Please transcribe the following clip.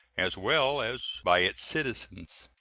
as well as by its citizens.